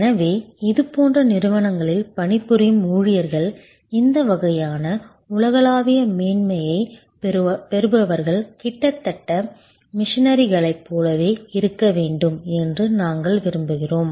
எனவே இதுபோன்ற நிறுவனங்களில் பணிபுரியும் ஊழியர்கள் இந்த வகையான உலகளாவிய மேன்மையைப் பெறுபவர்கள் கிட்டத்தட்ட மிஷனரிகளைப் போலவே இருக்க வேண்டும் என்று நாங்கள் விரும்புகிறோம்